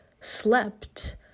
slept